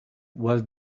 was